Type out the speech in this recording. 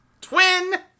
Twin